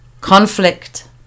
conflict